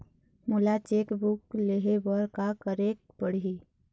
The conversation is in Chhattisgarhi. मोला चेक बुक लेहे बर का केरेक पढ़ही?